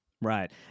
right